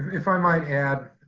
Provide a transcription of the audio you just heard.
if i might add,